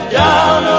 down